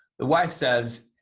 the wife says,